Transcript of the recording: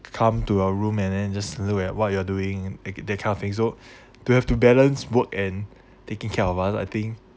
come to our room and then just look at what you are doing that that kind of thing so to have to balance work and taking care of us I think